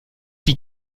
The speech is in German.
die